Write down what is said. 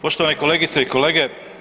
Poštovane kolegice i kolege.